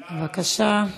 בבקשה.